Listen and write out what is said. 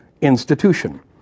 institution